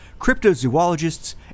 cryptozoologists